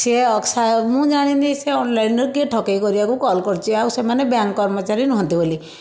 ସେ ମୁଁ ଜାଣିନି ସେ ଅନଲାଇନରୁ କିଏ ଠକେଇ କରିବାକୁ କଲ୍ କରିଛି ଆଉ ସେମାନେ ବ୍ୟାଙ୍କ କର୍ମଚାରୀ ନୁହଁନ୍ତି ବୋଲି